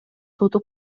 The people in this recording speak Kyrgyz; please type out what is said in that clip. соту